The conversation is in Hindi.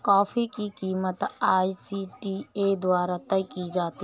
कॉफी की कीमत आई.सी.टी.ए द्वारा तय की जाती है